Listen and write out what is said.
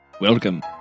welcome